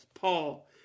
Paul